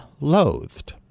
loathed